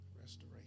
Restoration